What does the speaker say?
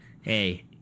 Hey